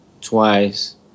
twice